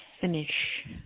finish